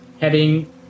heading